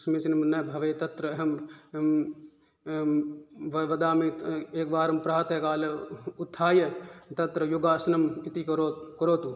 समीचीनं न भवेत् तत्र अहं वदामि एकवारं प्रातःकाले उत्थाय तत्र योगासनम् इति करो करोतु